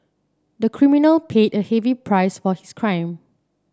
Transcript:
the criminal paid a heavy price for his crime